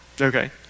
Okay